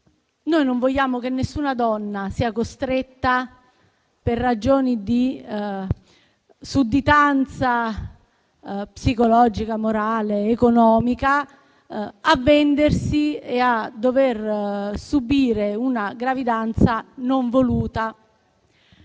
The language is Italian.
Non vogliamo che nessuna donna sia costretta, per ragioni di sudditanza psicologica, morale ed economica, a vendersi e a dover subire una gravidanza non voluta.